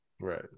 Right